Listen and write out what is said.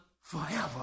forever